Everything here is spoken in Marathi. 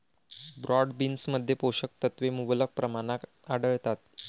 ब्रॉड बीन्समध्ये पोषक तत्वे मुबलक प्रमाणात आढळतात